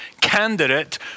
candidate